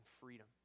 freedom